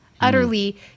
utterly